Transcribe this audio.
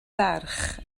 ferch